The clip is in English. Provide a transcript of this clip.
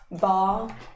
bar